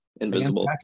Invisible